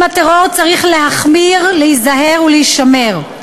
עם הטרור צריך להחמיר, להיזהר ולהישמר.